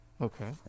Okay